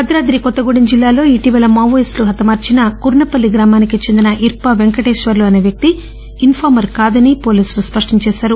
భద్రాద్రి కొత్తగూడెం జిల్లాలో ఇటీవల మావోయిస్టులు హతమార్చిన కుర్నపల్లి గ్రామానికి చెందిన ఇర్పా వెంకటేశ్వర్ణు అనే వ్యక్తి ఇన్పార్కర్ కాదని పోలీసులు స్పష్టం చేశారు